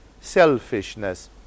selfishness